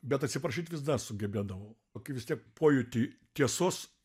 bet atsiprašyt visada sugebėdavau kai vis tiek pojūtį tiesos